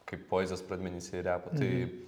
kai poezijos pradmenyse ir repo tai